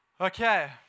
Okay